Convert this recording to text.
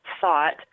thought